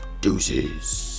deuces